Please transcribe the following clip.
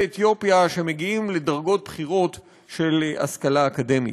אתיופיה שמגיעים לדרגות בכירות של השכלה אקדמית,